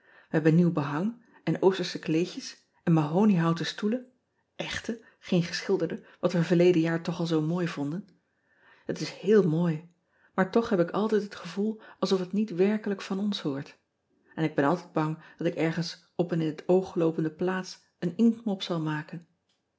e hebben nieuw behang en ostersche kleedjes en mahoniehouten stoelen echte geen geschilderde wat we verleden jaar toch al zoo mooi vonden et is heel mooi maar toch heb ik altijd het gevoel alsof het niet werkelijk van ons hoort n ik ben altijd bang dat ik ergens op een in het oog loopende plaats een inktmop zal maken